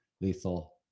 lethal